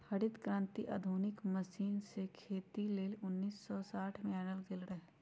हरित क्रांति आधुनिक मशीन से खेती लेल उन्नीस सौ साठ में आनल गेल रहै